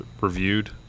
reviewed